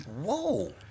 whoa